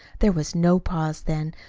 there was no pause then,